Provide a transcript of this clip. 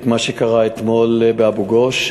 את מה שקרה אתמול באבו-גוש.